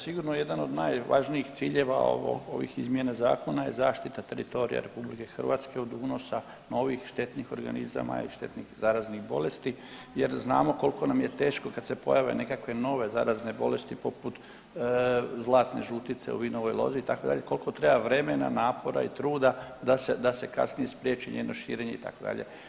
Sigurno jedan od najvažnijih ciljeva ovih izmjena zakona je zaštita teritorija RH od unosa novih štetnih organizama i štetnih zaraznih bolesti, jer znamo koliko nam je teško kad se pojave nekakve nove zarazne bolesti poput zlatne žutice u vinovoj lozi, itd., koliko treba vremena, napora i truda da se kasnije spriječi njeno širenje, itd.